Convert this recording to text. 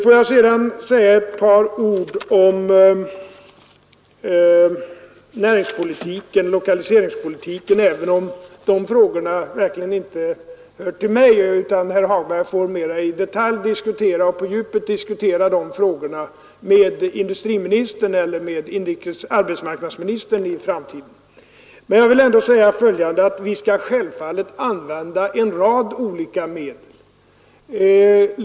Låt mig sedan säga några ord om näringspolitiken och lokaliseringspolitiken, även om de frågorna verkligen inte hör till mitt område. Mera i detalj får herr Hagberg diskutera dem med industriministern eller med arbetsmarknadsministern i framtiden. Vi skall självfallet använda en rad olika medel.